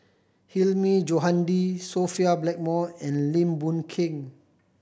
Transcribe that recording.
Hilmi Johandi Sophia Blackmore and Lim Boon Keng